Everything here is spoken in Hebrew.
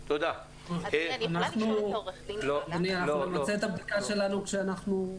אנחנו בעד שכולם יהיו מחוברים.